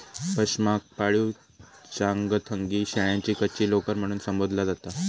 पशमाक पाळीव चांगथंगी शेळ्यांची कच्ची लोकर म्हणून संबोधला जाता